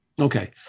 Okay